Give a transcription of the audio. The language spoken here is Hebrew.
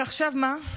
ועכשיו מה?